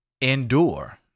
endure